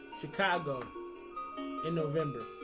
chicago in november